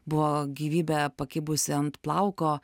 buvo gyvybė pakibusi ant plauko